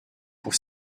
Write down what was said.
pour